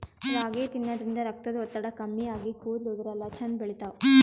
ರಾಗಿ ತಿನ್ನದ್ರಿನ್ದ ರಕ್ತದ್ ಒತ್ತಡ ಕಮ್ಮಿ ಆಗಿ ಕೂದಲ ಉದರಲ್ಲಾ ಛಂದ್ ಬೆಳಿತಾವ್